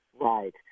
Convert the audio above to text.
right